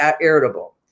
irritable